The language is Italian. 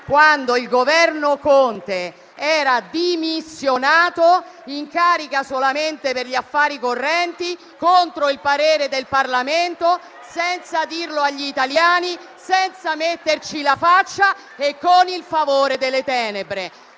quando il Governo Conte era dimissionato, in carica solamente per gli affari correnti, contro il parere del Parlamento, senza dirlo agli italiani, senza metterci la faccia e con il favore delle tenebre.